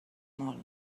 molt